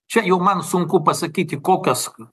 čia jau man sunku pasakyti kokios